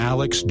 Alex